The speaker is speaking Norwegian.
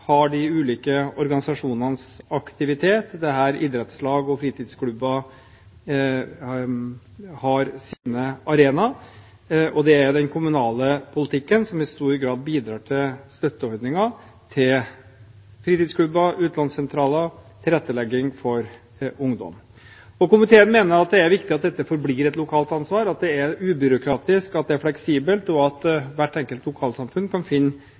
har de ulike organisasjonenes aktivitet, det er der idrettslag og fritidsklubber har sine arenaer, og det er den kommunale politikken som i stor grad bidrar til støtteordninger til fritidsklubber, utlånssentraler, tilrettelegging for ungdom. Komiteen mener at det er viktig at dette forblir et lokalt ansvar, at det er ubyråkratisk, at det er fleksibelt, og at hvert enkelt lokalsamfunn kan finne